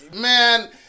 Man